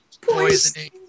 poisoning